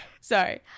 Sorry